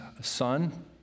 son